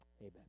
amen